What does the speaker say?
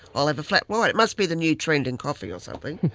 i'll have a flat white. it must be the new trend in coffee or something.